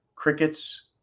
crickets